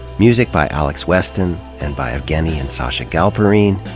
music by alex weston, and by evgueni and sacha galperine.